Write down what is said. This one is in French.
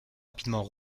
rapidement